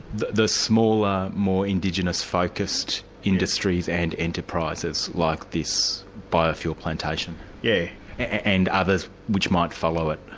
the the smaller, more indigenous-focused industries and enterprises like this biofuel plantation yeah and others which might follow it.